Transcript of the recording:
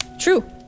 True